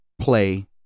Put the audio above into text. play